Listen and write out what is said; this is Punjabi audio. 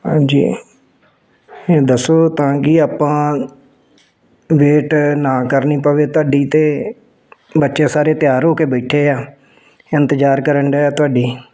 ਹਾਂਜੀ ਇਹ ਦੱਸੋ ਤਾਂ ਕਿ ਆਪਾਂ ਵੇਟ ਨਾ ਕਰਨੀ ਪਵੇ ਤੁਹਾਡੀ ਅਤੇ ਬੱਚੇ ਸਾਰੇ ਤਿਆਰ ਹੋ ਕੇ ਬੈਠੇ ਆ ਇੰਤਜ਼ਾਰ ਕਰਨ ਡੇ ਆ ਤੁਹਾਡੀ